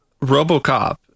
RoboCop